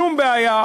שום בעיה.